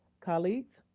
colleagues.